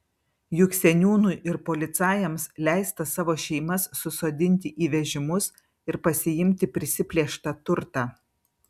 juk seniūnui ir policajams leista savo šeimas susodinti į vežimus ir pasiimti prisiplėštą turtą